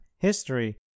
history